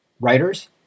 writers